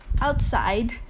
outside